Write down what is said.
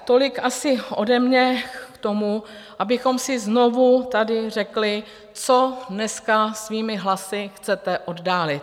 Tolik asi ode mě k tomu, abychom si znovu tady řekli, co dneska svými hlasy chcete oddálit.